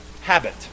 habit